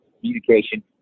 communication